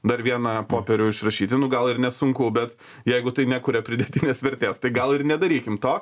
dar vieną popierių išrašyti nu gal ir nesunku bet jeigu tai nekuria pridėtinės vertės tai gal ir nedarykim to